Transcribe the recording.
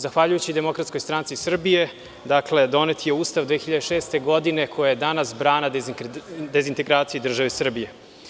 Zahvaljujući Demokratskoj stranci Srbije, dakle donet je Ustav 2006. godine koja je danas brana dezintegracije države Srbije.